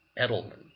Edelman